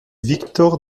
victor